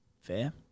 fair